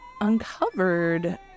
uncovered